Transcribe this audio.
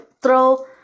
throw